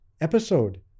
episode